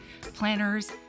planners